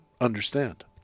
Understand